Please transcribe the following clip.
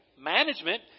management